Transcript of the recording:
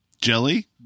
Jelly